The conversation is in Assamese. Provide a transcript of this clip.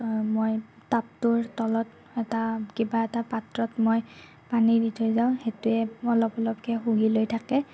মই তাবটোৰ তলত এটা কিবা এটা পাত্ৰত মই পানী দি থৈ যাওঁ সেইটোৱে অলপ অলপকৈ শুহি লৈ থাকে